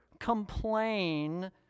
complain